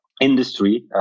industry